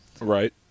Right